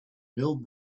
build